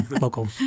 local